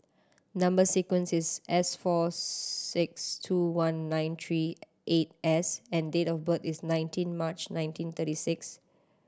number sequence is S four six two one nine three eight S and date of birth is nineteen March nineteen thirty six